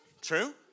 True